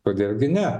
kodėl gi ne